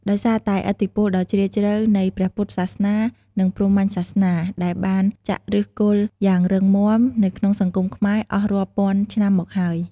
ដោយសារតែឥទ្ធិពលដ៏ជ្រាលជ្រៅនៃព្រះពុទ្ធសាសនា និងព្រហ្មញ្ញសាសនា ដែលបានចាក់ឫសគល់យ៉ាងរឹងមាំនៅក្នុងសង្គមខ្មែរអស់រាប់ពាន់ឆ្នាំមកហើយ។